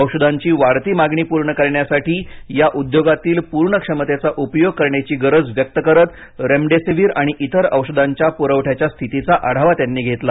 औषधांची वाढती मागणी पूर्ण करण्यासाठी या उद्योगातील पूर्ण क्षमतेचा उपयोग करण्याची गरज व्यक्त करत रेमडेसीव्हीर आणि इतर औषधांच्या पुरवठ्याच्या स्थितीचा आढावा घेतला